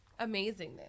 amazingness